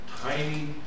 tiny